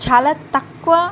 చాలా తక్కువ